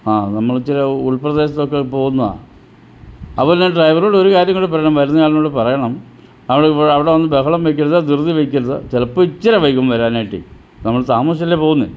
ആ നമ്മളിച്ചിരെ ഉൾപ്രദേശത്തൊക്കെ പോകുന്നത് അപ്പോൾ ഞാൻ ഡ്രൈവറോട് ഒരു കാര്യം കൂടി പറയണം വരുന്ന ആളിനോട് പറയണം അവിടെ ഇപ്പോൾ അവിടെ വന്ന് ബഹളം വയ്ക്കരുത് ദൃതി വയ്ക്കരുത് ചിലപ്പം ഇച്ചിരി വൈകും വരാനായിട്ട് നമ്മൾ താമസിച്ചല്ലേ പോകുന്നത്